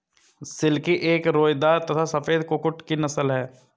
silkie एक रोएदार तथा सफेद कुक्कुट की नस्ल है